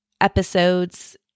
episodes